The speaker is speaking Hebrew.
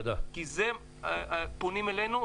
כי פונים אלינו,